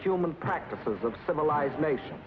human practices of civilized nation